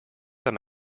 them